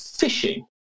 fishing